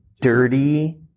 dirty